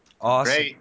awesome